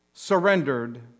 Surrendered